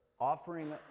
offering